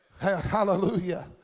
Hallelujah